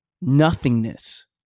nothingness